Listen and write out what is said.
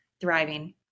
thriving